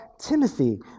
Timothy